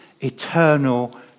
eternal